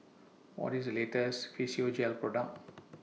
What IS The latest Physiogel Product